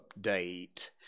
Update